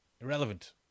irrelevant